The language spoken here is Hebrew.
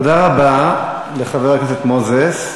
תודה רבה לחבר הכנסת מוזס.